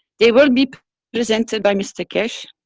they will be presented by mr keshe.